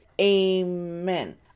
Amen